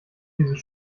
dieses